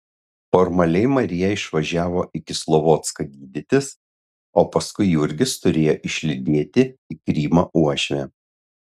formaliai marija išvažiavo į kislovodską gydytis o paskui jurgis turėjo išlydėti į krymą uošvę